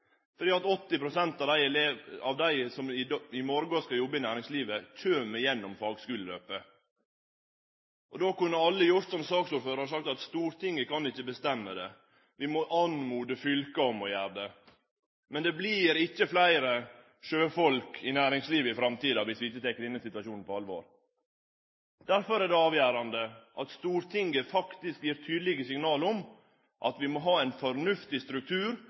av dei som i morgon skal jobbe i næringslivet, kjem gjennom fagskuleløpet. Då kunne alle sagt som saksordføraren har gjort: Stortinget kan ikkje bestemme det, vi må oppmode fylka om å gjere det. Men det vert ikkje fleire sjøfolk i næringslivet i framtida dersom vi ikkje tek denne situasjonen på alvor. Derfor er det avgjerande at Stortinget faktisk gjev tydelege signal om at vi må ha ein fornuftig struktur